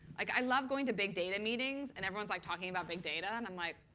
like i love going to big data meetings, and everyone's like talking about big data. and i'm like,